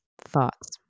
Thoughts